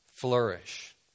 flourish